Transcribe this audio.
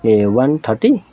A one thirty